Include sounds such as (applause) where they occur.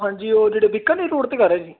ਹਾਂਜੀ ਉਹ ਜਿਹੜੇ (unintelligible)